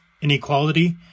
inequality